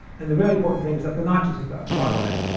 and the really important thing is that the notches have gone gone away.